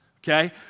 Okay